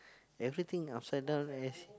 everything upside down as